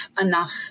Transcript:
enough